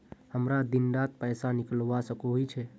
हमरा दिन डात पैसा निकलवा सकोही छै?